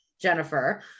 Jennifer